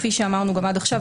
כפי שאמרנו גם עד עכשיו,